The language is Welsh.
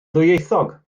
ddwyieithog